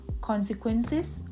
consequences